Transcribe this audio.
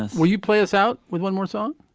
and well, you play us out with one more song,